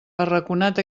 arraconat